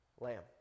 Lamb